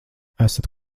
esat